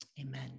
amen